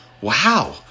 Wow